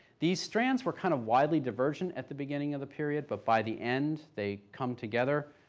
these strands were kind of widely divergent at the beginning of the period, but by the end, they come together.